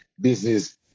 business